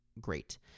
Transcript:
great